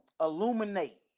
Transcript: illuminate